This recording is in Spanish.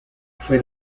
fue